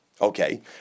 okay